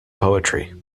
poetry